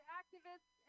activists